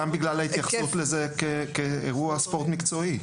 בגלל ההתייחסות אליו כאירוע ספורט מקצועי.